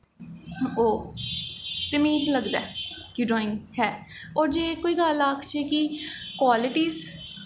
ओह् ते मिगी लगदा ऐ कि ड्राईंग है होर जे कोई गल्ल आखचै कि क्वालटिस